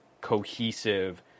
cohesive